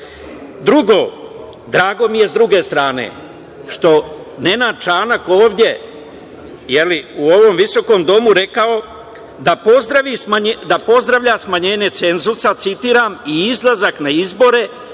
narod. Drugo, drago mi je, sa druge strane, što Nenad Čanak ovde u ovom visokom domu je rekao da pozdravlja smanjenje cenzusa, citiram: „ I izlazak na izbore,